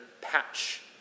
patch